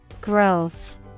Growth